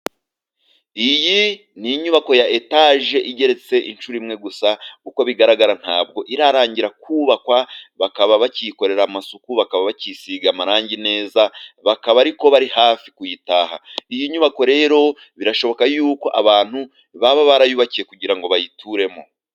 Iyi ni inyubako ya etaje igeretse inshuro imwe gusa. Uko bigaragara ntabwo irarangira kubakwa. Bakaba bakiyikorera amasuku. Bakaba bakiyisiga amarangi neza. Bakaba ariko bari hafi kuyitaha. Iyi nyubako rero birashoboka yuko abantu baba barayubakiye kugira ngo bayituremo.